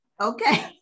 okay